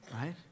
right